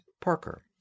Parker